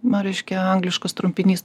nu reiškia angliškas trumpinys